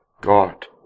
God